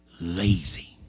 lazy